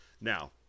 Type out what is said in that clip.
Now